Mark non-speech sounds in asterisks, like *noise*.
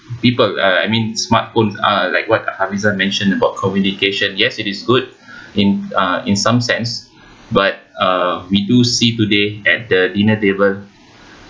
people uh I mean smartphone uh like what hafizah mentioned about communication yes it is good in *breath* uh in some sense but uh we do see today at the dinner table